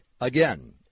Again